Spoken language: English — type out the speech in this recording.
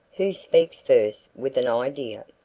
who speaks first with an idea?